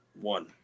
one